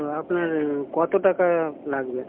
তো আপনার কত টাকা লাগবে